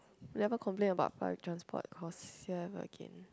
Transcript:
will never complain about public transport cost here again